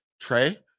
Trey